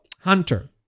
Hunter